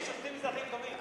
אה, אין שופטים מזרחיים טובים?